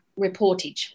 reportage